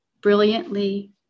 brilliantly